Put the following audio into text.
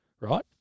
right